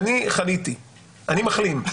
מחלים,